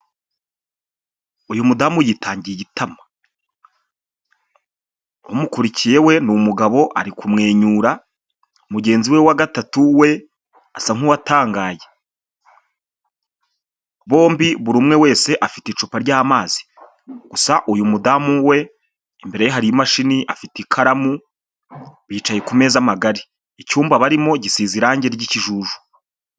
Uyu mudamu yitangiye iitama, umukurikiye we ni umugabo ari kumwenyura, mugenzi we wa gatatu we asa nk'uwatangaye, bombi buri umwe wese afite icupa ry'amazi, gusa uyu mudamu we imbere ye hari imashini, afite ikaramu, bicaye ku meza magari, icyumba barimo gisize irangi ry'ikijuju.